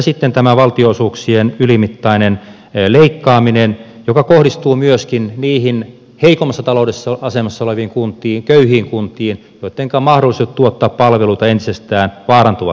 sitten on tämä valtionosuuksien ylimittainen leikkaaminen joka kohdistuu myöskin niihin heikommassa taloudellisessa asemassa oleviin kuntiin köyhiin kuntiin joittenka mahdollisuudet tuottaa palveluita entisestään vaarantuvat